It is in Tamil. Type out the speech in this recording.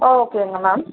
ஓ ஓகேங்க மேம்